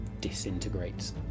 disintegrates